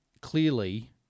clearly